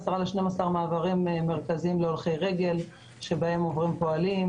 מעברים מרכזיים להולכי רגל שבהם עוברים פועלים.